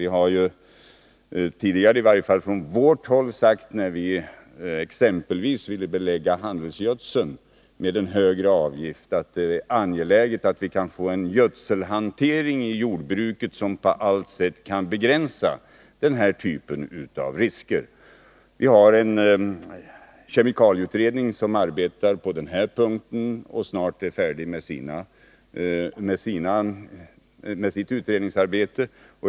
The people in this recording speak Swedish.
Vi har ju tidigare, i varje fall från vårt håll, när vi exempelvis ville belägga handelsgödseln med en högre avgift, sagt att det är angeläget att få en gödselhantering i jordbruket som på allt sätt kan begränsa denna typ av risker. Vi har en kemikalieutredning som arbetar på detta område och som snart är färdig med sitt utredningsarbete.